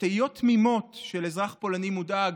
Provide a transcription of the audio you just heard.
תהיות תמימות של אזרח פולני מודאג.